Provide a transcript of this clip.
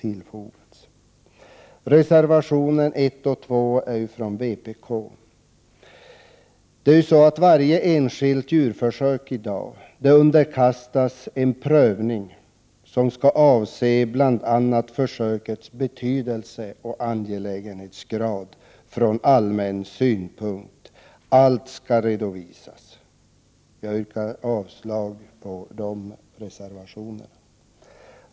angelägenhetsgrad, sett från en allmän synpunkt. Allt skall redovisas. Jag yrkar därför avslag på reservationerna.